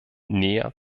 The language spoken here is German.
näher